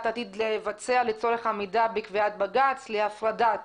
עתיד לבצע לצורך עמידה בקביעת בג"ץ להפרדת